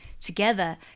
together